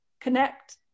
connect